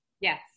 Yes